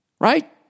right